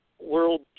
world